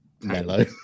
mellow